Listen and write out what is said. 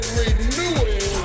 renewing